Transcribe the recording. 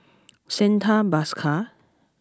Santha Bhaskar